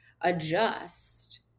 adjust